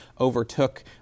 overtook